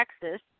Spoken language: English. Texas